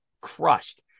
crushed